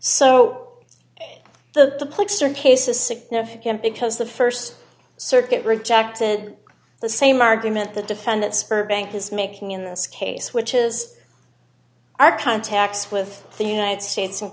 world so the diplexer case is significant because the st circuit rejected the same argument the defendants burbank is making in this case which is our contacts with the united states and